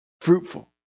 fruitful